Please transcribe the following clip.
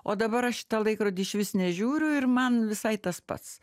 o dabar aš į tą laikrodį išvis nežiūriu ir man visai tas pats